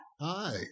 Hi